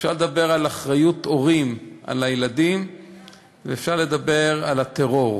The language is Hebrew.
אפשר לדבר על אחריות הורים לילדים ואפשר לדבר על הטרור.